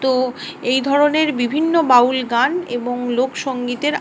তো এই ধরনের বিভিন্ন বাউল গান এবং লোকসঙ্গীতের